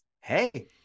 hey